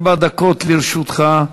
ארבע דקות לרשותך,